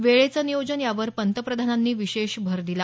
वेळेचं नियोजन यावर पंतप्रधानांनी भर दिला